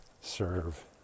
serve